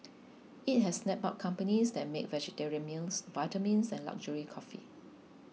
it has snapped up companies that make vegetarian meals vitamins and luxury coffee